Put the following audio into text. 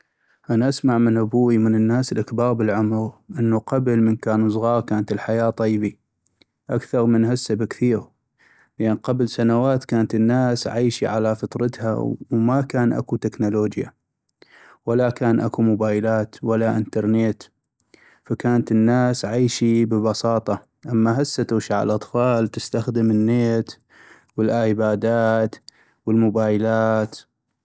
انا اسمع من ابوي ومن الناس الكباغ بالعمغ انو قبل من كانو صغاغ كانت الحياة طيبي اكثغ من هسه بكثيغ ، لأن قبل سنوات كانت الناس عيشي على فطرتها وما كان اكو تكنولوجيا ولا كان اكو موبايلات ولا انترنت فكانت الناس عيشي ببساطة ، أما هسه تغشع الاطفال تستخدم النت والايبادات والموبايلات.